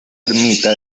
ermita